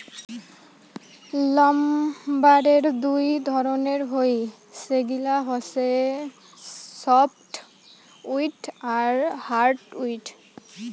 লাম্বারের দুই ধরণের হই, সেগিলা হসে সফ্টউড আর হার্ডউড